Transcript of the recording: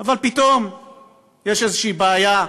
אבל פתאום יש איזו בעיה,